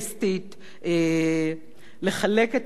לחלק את ארץ-ישראל,